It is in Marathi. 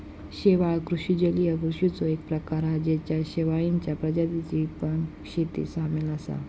शेवाळ कृषि जलीय कृषिचो एक प्रकार हा जेच्यात शेवाळींच्या प्रजातींची पण शेती सामील असा